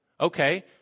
Okay